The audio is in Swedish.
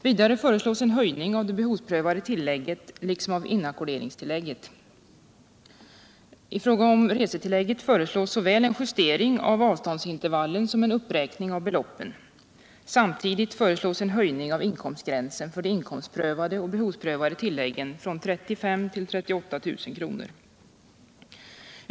Vidare föreslås en höjning av det behovsprövade tillägget liksom av inackorderingstillägget. I fråga om resetillägget föreslås såväl en justering av avståndsintervallerna som en uppräkning av beloppen. Samtidigt föreslås en höjning av inkomstgränsen för de inkomstprövade och behovsprövade tilläggen från 35 000 till 38 000 kr.